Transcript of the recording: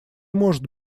может